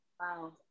Wow